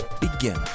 begin